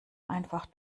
einfach